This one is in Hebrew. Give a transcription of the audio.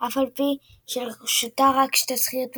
אף על פי שלרשותה רק שתי זכיות במונדיאלים,